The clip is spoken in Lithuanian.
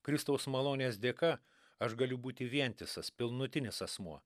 kristaus malonės dėka aš galiu būti vientisas pilnutinis asmuo